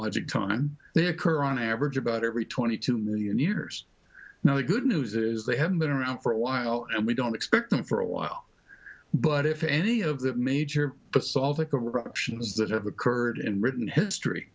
object time they occur on average about every twenty two million years now the good news is they haven't been around for a while and we don't expect them for a while but if any of the major assault a corrections that have occurred in written history